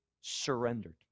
Surrendered